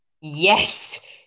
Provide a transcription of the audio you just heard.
Yes